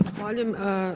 Zahvaljujem.